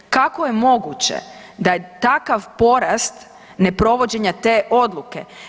Kako je moguće da je takav porast neprovođenja te odluke?